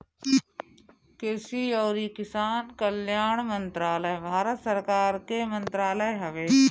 कृषि अउरी किसान कल्याण मंत्रालय भारत सरकार के मंत्रालय हवे